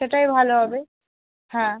সেটাই ভালো হবে হ্যাঁ